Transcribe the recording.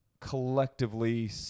collectively –